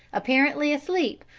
apparently asleep,